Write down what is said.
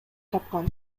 тапкан